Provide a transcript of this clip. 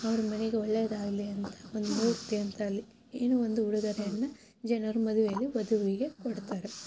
ಅವ್ರ ಮನೆಗೆ ಒಳ್ಳೇದಾಗಲಿ ಅಂತ ಒಂದು ಮೂರ್ತಿಯಂಥ ಅಲ್ಲಿ ಏನೋ ಒಂದು ಉಡುಗೊರೆಯನ್ನು ಜನರು ಮದುವೆಯಲ್ಲಿ ವಧುವಿಗೆ ಕೊಡ್ತಾರೆ